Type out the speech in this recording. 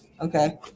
Okay